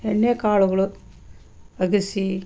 ಎಣ್ಣೆ ಕಾಳುಗಳು ಅಗಸೆ